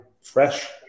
fresh